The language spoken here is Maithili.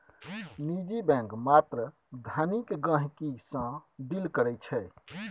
निजी बैंक मात्र धनिक गहिंकी सँ डील करै छै